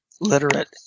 literate